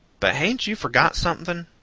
but hain't you forgot something?